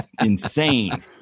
insane